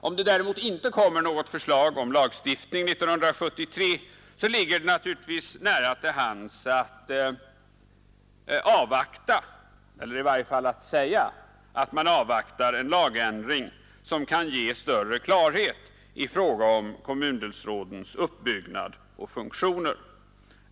Om det däremot inte kommer något förslag om lagstiftning före 1973, ligger det naturligtvis nära till hands att avvakta — eller i varje fall att säga att man avvaktar — en lagändring som kan ge större klarhet i fråga om kommundelsrådens uppbyggnad och funktioner.